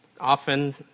often